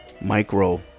micro